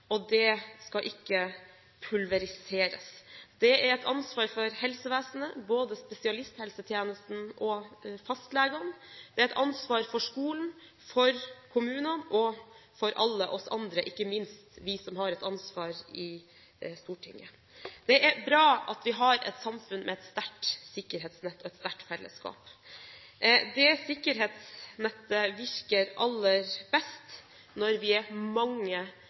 og det skal ikke pulveriseres. Det er et ansvar for helsevesenet, både spesialisthelsetjenesten og fastlegene. Det er et ansvar for skolen, for kommunene og for alle oss andre, ikke minst et ansvar for oss i Stortinget. Det er bra at vi har et samfunn med et sterkt sikkerhetsnett og et sterkt fellesskap. Det sikkerhetsnettet virker aller best når vi er mange